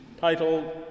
titled